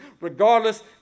Regardless